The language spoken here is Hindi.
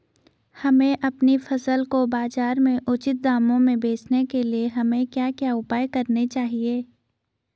हमें अपनी फसल को बाज़ार में उचित दामों में बेचने के लिए हमें क्या क्या उपाय करने चाहिए?